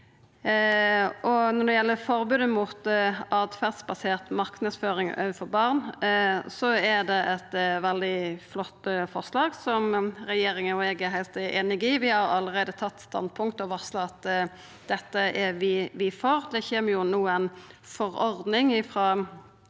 Når det gjeld forbodet mot åtferdsbasert marknadsføring overfor barn, er det eit veldig flott forslag som regjeringa og eg er heilt einig i. Vi har allereie tatt standpunkt og varsla at dette er vi for. No kjem det ei forordning om